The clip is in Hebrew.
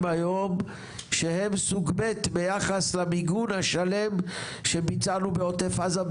היום שהם סוג ב' ביחס למיגון השלם שביצענו בעוטף עזה,